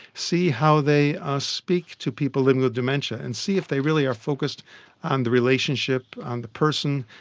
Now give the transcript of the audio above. see how they ah speak to people living with dementia and see if they really are focused on the relationship, on the person.